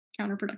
counterproductive